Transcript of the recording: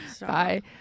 bye